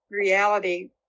reality